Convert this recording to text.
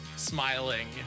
smiling